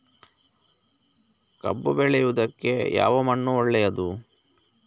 ಕಬ್ಬು ಬೆಳೆಯುವುದಕ್ಕೆ ಯಾವ ಮಣ್ಣು ಒಳ್ಳೆಯದು?